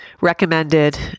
recommended